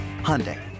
Hyundai